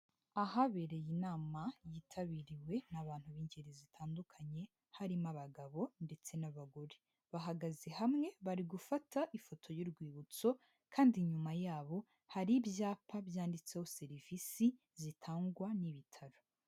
Ahabereye inama yitabiriwe n'abantu b'ingeri zitandukanye, harimo abagabo ndetse n'abagore. Bahagaze hamwe bari gufata ifoto y'urwibutso kandi inyuma yabo hari ibyapa byanditseho serivisi zitangwa n'ibitaro.